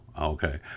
okay